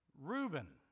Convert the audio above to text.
Reuben